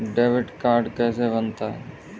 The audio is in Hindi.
डेबिट कार्ड कैसे बनता है?